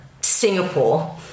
Singapore